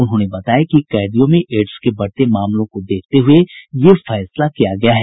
उन्होंने बताया कि कैदियों में एड्स के बढ़ते मामलों को देखते यह फैसला किया गया है